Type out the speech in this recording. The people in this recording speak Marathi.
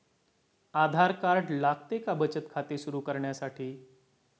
आधार कार्ड लागते का बचत खाते सुरू करण्यासाठी?